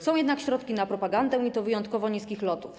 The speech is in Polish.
Są jednak środki na propagandę, i to wyjątkowo niskich lotów.